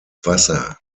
wasser